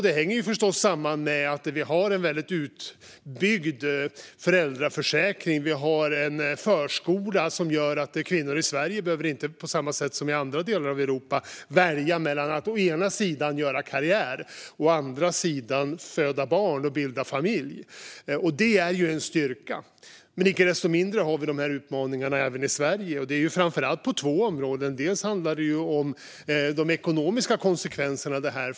Det hänger förstås samman med att vi har en väldigt utbyggd föräldraförsäkring. Vi har en förskola som gör att kvinnor i Sverige inte behöver, på samma sätt som i andra delar av Europa, välja mellan att å ena sidan göra karriär och å andra sidan föda barn och bilda familj. Det är en styrka. Icke desto mindre har vi de utmaningarna även i Sverige. Det är framför allt på två områden. Det handlar om de ekonomiska konsekvenser detta får.